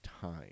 time